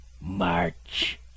March